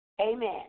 Amen